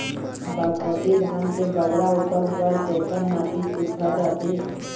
बासमती धान के बगरा उपज बर कैसन माटी सुघ्घर रथे?